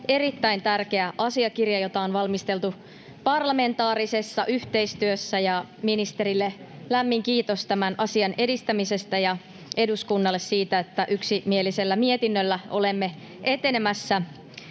erittäin tärkeä asiakirja, jota on valmisteltu parlamentaarisessa yhteistyössä — ministerille lämmin kiitos tämän asian edistämisestä ja eduskunnalle siitä, että yksimielisellä mietinnöllä olemme etenemässä.